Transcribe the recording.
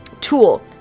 tool